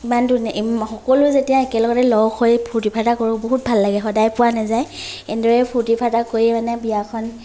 ইমান ধুনীয়া ইম সকলোৱে যেতিয়া একেলগতে লগ হৈ ফূৰ্তি ফাৰ্তা কৰোঁ বহুত ভাল লাগে সদায় পোৱা নাযায় এনেদৰে ফূৰ্তি ফাৰ্তা কৰি মানে বিয়াখন